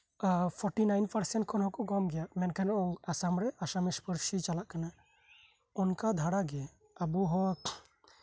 forty nine percent ᱠᱷᱚᱱ ᱦᱚᱸᱠᱚ ᱠᱚᱢ ᱜᱮᱭᱟ ᱢᱮᱱᱠᱷᱟᱱ ᱟᱥᱟᱢ ᱟᱥᱟᱢᱤᱡ ᱯᱟᱹᱨᱥᱤ ᱪᱟᱞᱟᱜ ᱠᱟᱱᱟ ᱚᱱᱠᱟ ᱫᱷᱟᱨᱟᱜᱮ ᱟᱵᱚᱦᱚᱸ